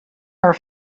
are